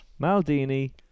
Maldini